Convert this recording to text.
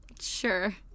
Sure